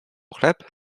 chleb